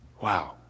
Wow